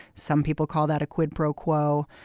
some people call that a quid pro quo.